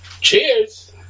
Cheers